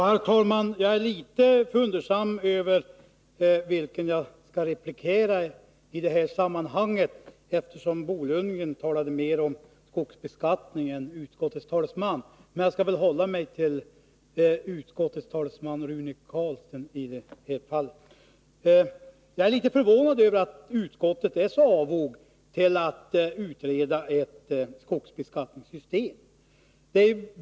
Herr talman! Jag är litet fundersam över vilken ledamot jag skall replikera. I sitt senaste inlägg talade Bo Lundgren mest om skogsbeskattningen, varför jag nog vänder mig till utskottets talesman Rune Carlstein. Det förvånar mig att utskottet är så avogt inställt till att utreda frågan om ett skogsbeskattningssystem.